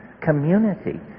community